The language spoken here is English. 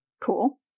Cool